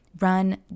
run